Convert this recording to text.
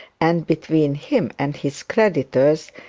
and between him and his creditors,